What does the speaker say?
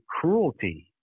cruelty